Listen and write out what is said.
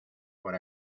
por